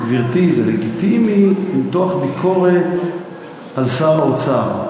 גברתי, זה לגיטימי למתוח ביקורת על שר האוצר.